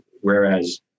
Whereas